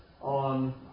on